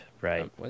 Right